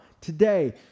today